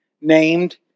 named